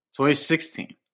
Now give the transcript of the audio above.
2016